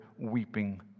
weeping